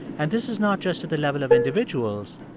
and this is not just at the level of individuals.